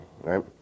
right